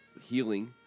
healing